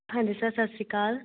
ਹਾਂਜੀ ਸਰ ਸਤਿ ਸ਼੍ਰੀ ਅਕਾਲ